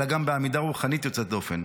אלא גם בעמידה רוחנית יוצאת דופן,